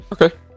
Okay